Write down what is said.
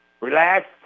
Relax